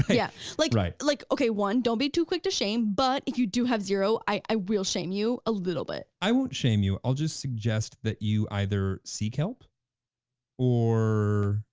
right, yeah like right. like okay one, don't be too quick to shame, but if you do have zero, i will shame you a little bit. i won't shame you i'll just suggest that you either seek help or